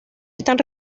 están